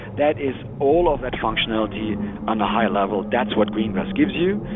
that is all of that functionality on a higher level, that's what greengrass gives you.